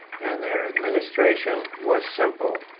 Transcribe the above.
and their administration was simple.